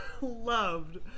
Loved